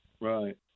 Right